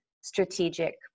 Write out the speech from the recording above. strategic